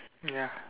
ya